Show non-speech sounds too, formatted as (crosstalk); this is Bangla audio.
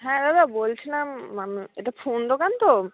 হ্যাঁ দাদা বলছিলাম (unintelligible) এটা ফোন দোকান তো